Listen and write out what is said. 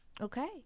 Okay